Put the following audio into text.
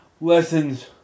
lessons